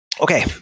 Okay